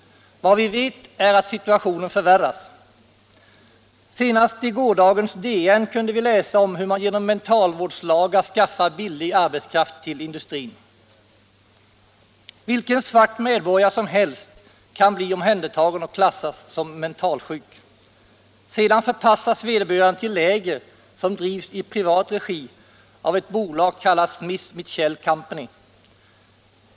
Vad vi vet är att situationen förvärras. Senast i gårdagens DN kunde vi läsa om hur man genom mentalvårdslagar skaffar billig arbetskraft till industrin. Vilken svart medborgare som helst kan bli omhändertagen och klassad som mentalsjuk. Sedan förpassas vederbörande till läger som drivs i privat regi av ett bolag kallat Smith Mitchell Co.